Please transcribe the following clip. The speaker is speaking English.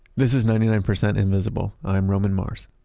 this is ninety nine percent invisible. i'm roman mars